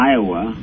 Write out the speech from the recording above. Iowa